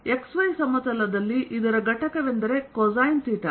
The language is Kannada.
ಆದ್ದರಿಂದ XY ಸಮತಲದಲ್ಲಿ ಇದರ ಘಟಕವೆಂದರೆ ಕೊಸೈನ್ ಥೀಟಾ